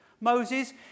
Moses